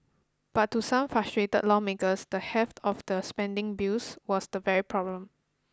but to some frustrated lawmakers the heft of the spending bills was the very problem